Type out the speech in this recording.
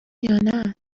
یانه